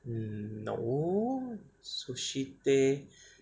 um no sushi tei